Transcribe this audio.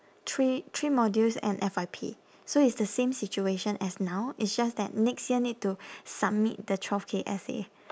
three three modules and F_Y_P so it's the same situation as now it's just that next year need to submit the twelve K essay